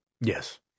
Yes